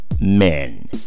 men